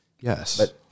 Yes